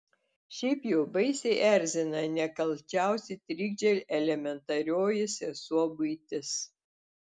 šiaip jau baisiai erzina nekalčiausi trikdžiai elementarioji sesuo buitis